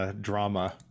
drama